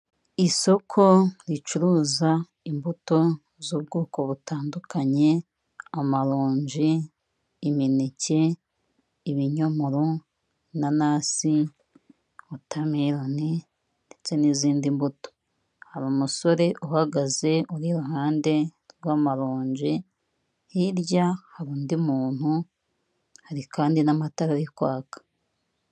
Isoko ricuruza imbuto z'ubwoko butandukanye, amaronji, imineke, ibinyomoro, inanasi wotameloni ndetse n'izindi mbuto, hari umusore uhagaze uri iruhande rw'amaronji, hirya hari undi muntu, hari kandi n'amatara ari kwaka.